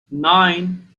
nine